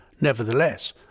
Nevertheless